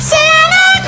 Santa